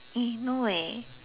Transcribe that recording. eh no leh